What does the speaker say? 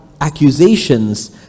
accusations